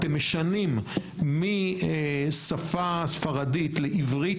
אתם משנים משפה ספרדית לעברית,